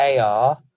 AR